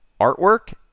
artwork